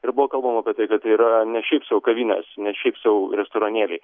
ir buvo kalbama apie tai kad tai yra ne šiaip sau kavinės ne šiaip sau restoranėliai